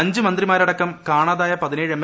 അഞ്ച് മന്ത്രിമാരടക്കം കാണാതായുപ്പു് എം